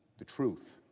the truth.